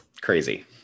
crazy